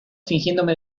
fingiéndome